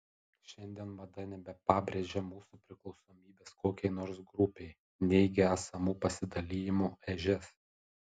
šiandien mada nebepabrėžia mūsų priklausomybės kokiai nors grupei neigia esamų pasidalijimų ežias